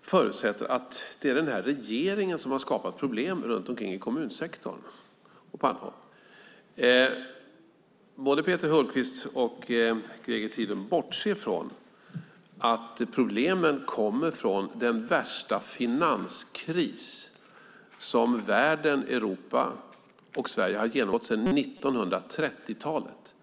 förutsätter att det är denna regering som har skapat problem runt omkring i kommunsektorn och på andra håll. Både Peter Hultqvist och Greger Tidlund bortser från att problemen kommer från den värsta finanskris som världen, Europa och Sverige har genomgått sedan 1930-talet.